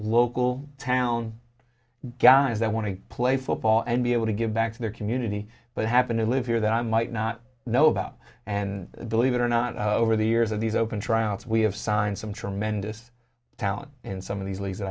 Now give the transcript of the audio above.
local town guys that want to play football and be able to give back to their community but happen to live here that i might not know about and believe it or not over the years of these open trials we have signed some tremendous talent in some of these leagues that